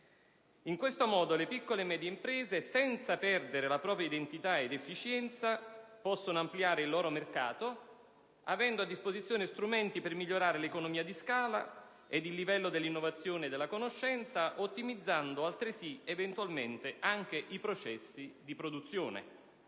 In questo modo le piccole e medie imprese, senza perdere la propria identità e la propria efficienza, possono ampliare il proprio mercato, avendo a disposizione strumenti per migliorare l'economia di scala ed il livello dell'innovazione e della conoscenza, ottimizzando altresì, eventualmente, anche i processi di produzione.